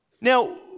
Now